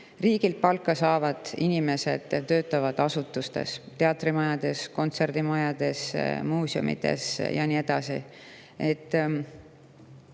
Riigilt palka saavad inimesed töötavad asutustes, teatrimajades, kontserdimajades, muuseumides ja nii edasi.